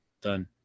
done